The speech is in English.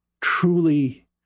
truly